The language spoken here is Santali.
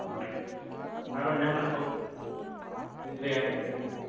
ᱟᱨᱚ ᱡᱟᱦᱟᱸᱱᱟᱜ ᱠᱚ ᱵᱤᱱ ᱞᱟᱹᱭᱟᱢᱮᱱᱛᱮ ᱥᱮ